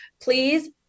Please